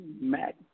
Mac